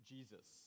Jesus